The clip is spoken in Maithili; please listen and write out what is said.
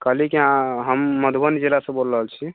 कहली कि हम मधुबनी जिलासँ बोलि रहल छी